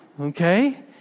okay